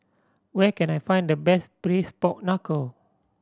where can I find the best Braised Pork Knuckle